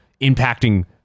impacting